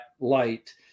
light